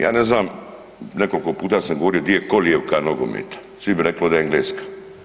Ja ne znam, nekoliko puta sam govorio di je kolijevka nogometa, svi bi rekli da je Engleska.